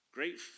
Great